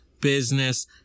business